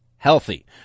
healthy